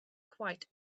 quite